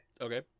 okay